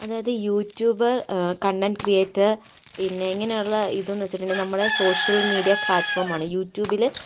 അതായത് youtuber content creator പിന്നെ ഇങ്ങനുള്ള ഇതെന്ന് വെച്ചിട്ടുണ്ടെങ്കിൽ നമ്മള് സോഷ്യൽ മീഡിയ പ്ലാട്ഫോമാണ് യൂട്യൂബില്